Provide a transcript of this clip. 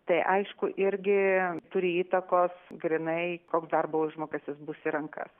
tai aišku irgi turi įtakos grynai koks darbo užmokestis bus į rankas